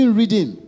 reading